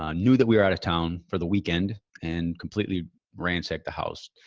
um knew that we were out of town for the weekend and completely ransack the house,